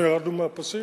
אנחנו ירדנו מהפסים?